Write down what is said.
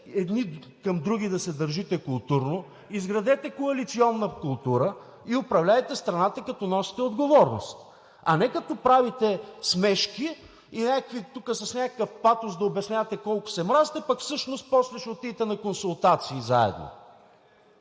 едни към други да се държите културно, изградете коалиционна култура и управлявайте страната, като носите отговорност, а не като правите смешки и тук с някакъв патос да обяснявате колко се мразите, пък всъщност после ще отидете на консултации заедно.